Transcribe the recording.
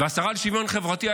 --- והשרה לשוויון חברתי?